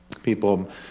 People